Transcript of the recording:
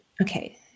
Okay